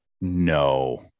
no